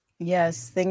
Yes